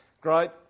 Great